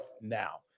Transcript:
now